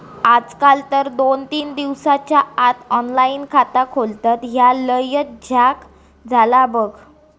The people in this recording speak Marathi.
आजकाल तर दोन तीन दिसाच्या आत ऑनलाइन खाता खोलतत, ह्या लयच झ्याक झाला बघ